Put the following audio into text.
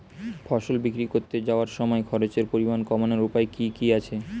ফসল বিক্রি করতে যাওয়ার সময় খরচের পরিমাণ কমানোর উপায় কি কি আছে?